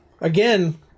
Again